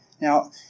Now